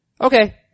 Okay